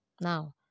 now